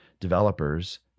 developers